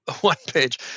one-page